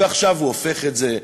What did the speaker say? ועכשיו הוא הופך את זה,